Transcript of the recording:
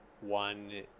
one